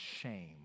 shame